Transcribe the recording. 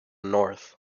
north